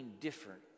different